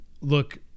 look